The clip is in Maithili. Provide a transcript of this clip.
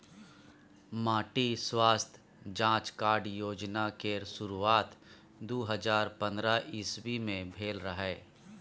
माटि स्वास्थ्य जाँच कार्ड योजना केर शुरुआत दु हजार पंद्रह इस्बी मे भेल रहय